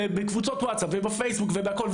היא עפה בקבוצות וואטסאפ ובפייסבוק ובהכול,